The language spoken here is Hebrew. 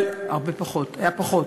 הרבה פחות, היה פחות.